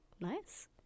nice